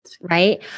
Right